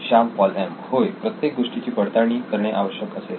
Shyam Paul M होय प्रत्येक गोष्टीची पडताळणी करणे आवश्यक असेल